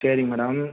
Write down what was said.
சரி மேடம்